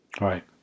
right